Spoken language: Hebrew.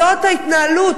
זאת ההתנהלות.